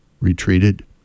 retreated